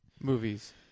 movies